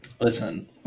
Listen